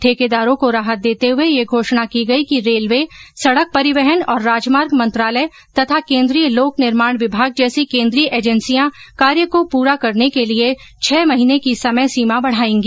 ठेकेदारों को राहत देते हुए यह घोषणा की गई कि रेलवे सडक परिवहन और राजमार्ग मंत्रालय तथा केन्द्रीय लोक निर्माण विभाग जैसी केन्द्रीय एजेंसियां कार्य को पूरा करने के लिए छह महीने की समय सीमा बढायेंगी